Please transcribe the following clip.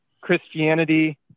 Christianity